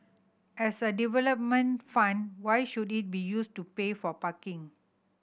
as a development fund why should it be used to pay for parking